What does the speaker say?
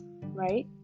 right